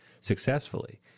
successfully